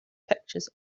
pictures